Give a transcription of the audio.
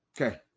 Okay